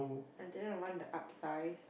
I didn't want the upsize